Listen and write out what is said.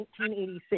1986